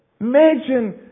Imagine